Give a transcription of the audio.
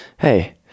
Hey